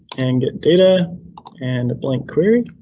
and get data and a blank query.